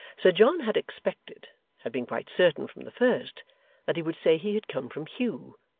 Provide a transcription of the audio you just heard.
sir john had expected had been quite certain from the first that he would say he had come from hugh,